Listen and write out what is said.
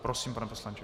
Prosím, pane poslanče.